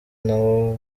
n’abo